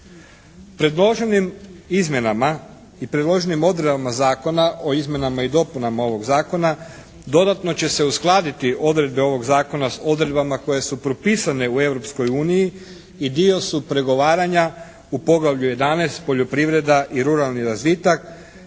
Predloženim izmjenama i predloženim odredbama Zakona o izmjenama i dopunama ovog zakona dodatno će se uskladiti odredbe ovog zakona s odredbama koje su propisane u Europskoj uniji i dio su pregovaranja u poglavlju XI. poljoprivreda i ruralni razvitak